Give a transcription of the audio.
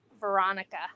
Veronica